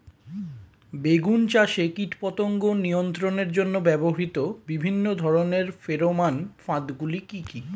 বেগুন চাষে কীটপতঙ্গ নিয়ন্ত্রণের জন্য ব্যবহৃত বিভিন্ন ধরনের ফেরোমান ফাঁদ গুলি কি কি?